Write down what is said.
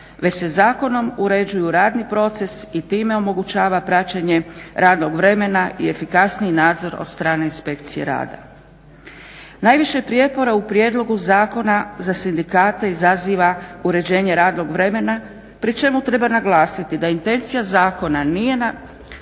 već se Zakonom uređuju radni proces i time omogućava praćenje radnog vremena i efikasniji nadzor od strane Inspekcije rada. Najviše prijepora u prijedlogu zakona za sindikate izaziva uređenje radnog vremena pri čemu treba naglasiti da intencija zakona nije na